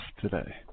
today